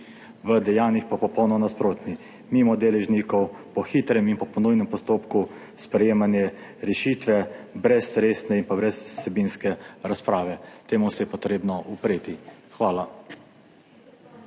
v dejanjih pa popolnoma nasprotni, mimo deležnikov, po hitrem in pa po nujnem postopku sprejemane rešitve brez resne in pa brez vsebinske razprave. Temu se je potrebno upreti. Hvala.